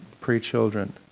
Pre-children